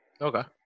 okay